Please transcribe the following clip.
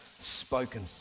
spoken